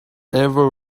ever